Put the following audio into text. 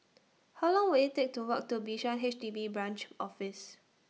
How Long Will IT Take to Walk to Bishan H D B Branch Office